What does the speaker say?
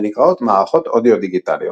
ונקראות "מערכות אודיו דיגיטליות"